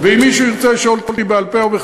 אם מישהו רוצה לשאול אותי בעל-פה או בכתב,